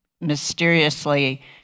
mysteriously